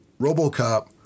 RoboCop